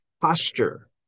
posture